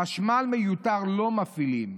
חשמל מיותר לא מפעילים.